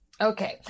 Okay